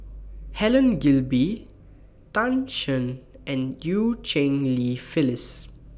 Helen Gilbey Tan Shen and EU Cheng Li Phyllis